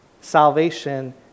Salvation